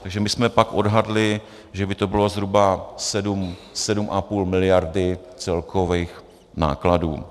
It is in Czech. Takže my jsme pak odhadli, že by to bylo zhruba 7,5 mld. celkových nákladů.